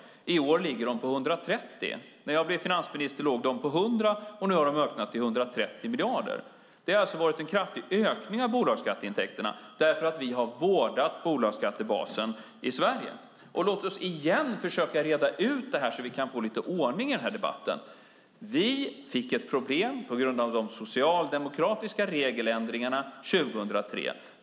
I år ligger de på 130. När jag blev finansminister låg de på 100 och nu har de ökat till 130 miljarder. Det har alltså varit en kraftig ökning av bolagsskatteintäkterna därför att vi har vårdat bolagsskattebasen i Sverige. Låt oss igen försöka reda ut det här så att vi kan få lite ordning i den här debatten. Vi fick ett problem på grund av de socialdemokratiska regeländringarna 2003.